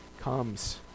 comes